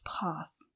path